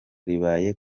ribaye